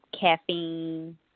caffeine